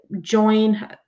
join